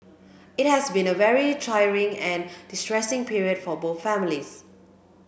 it has been a very trying and distressing period for both families